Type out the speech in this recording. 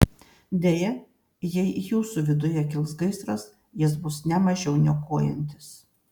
deja jei jūsų viduje kils gaisras jis bus ne mažiau niokojantis